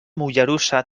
mollerussa